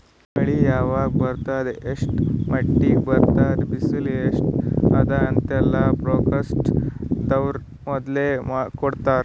ಮಳಿ ಯಾವಾಗ್ ಬರ್ತದ್ ಎಷ್ಟ್ರ್ ಮಟ್ಟ್ ಬರ್ತದ್ ಬಿಸಿಲ್ ಎಸ್ಟ್ ಅದಾ ಅಂತೆಲ್ಲಾ ಫೋರ್ಕಾಸ್ಟ್ ದವ್ರು ಮೊದ್ಲೇ ಕೊಡ್ತಾರ್